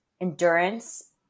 endurance